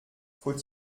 faut